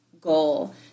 goal